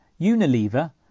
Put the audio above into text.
Unilever